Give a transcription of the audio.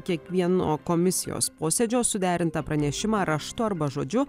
kiekvieno komisijos posėdžio suderintą pranešimą raštu arba žodžiu